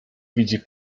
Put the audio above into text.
widzi